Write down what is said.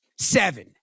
seven